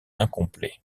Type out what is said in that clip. incomplets